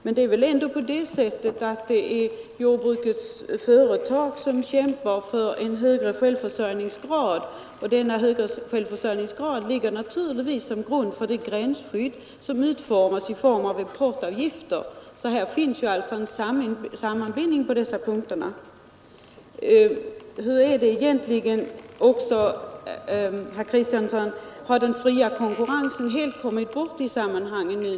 Men det är väl ändå så att jordbrukets företag kämpar för en högre självförsörjningsgrad, och denna högre självförsörjningsgrad utgör naturligtvis grunden för det gränsskydd i form av importavgifter som vi har. Det finns alltså en sammanbindning på dessa Hur är det egentligen, herr Kristiansson: Har den fria konkurrensen helt kommit bort i sammanhanget?